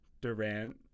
Durant